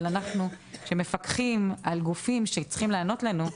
אנחנו שמפקחים על גופים שצריכים לענות לנו,